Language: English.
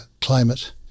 climate